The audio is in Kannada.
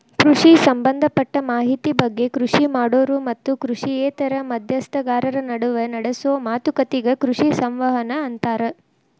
ಕೃಷಿ ಸಂಭದಪಟ್ಟ ಮಾಹಿತಿ ಬಗ್ಗೆ ಕೃಷಿ ಮಾಡೋರು ಮತ್ತು ಕೃಷಿಯೇತರ ಮಧ್ಯಸ್ಥಗಾರರ ನಡುವ ನಡೆಸೋ ಮಾತುಕತಿಗೆ ಕೃಷಿ ಸಂವಹನ ಅಂತಾರ